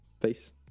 Peace